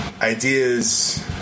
ideas